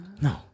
No